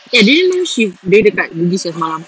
eh I didn't know she dia dekat bugis seh semalam